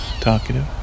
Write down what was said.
talkative